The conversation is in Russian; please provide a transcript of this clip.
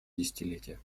десятилетия